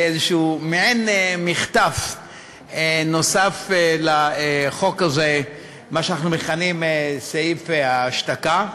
באיזה מעין מחטף נוסף על החוק הזה מה שאנחנו מכנים סעיף ההשתקה.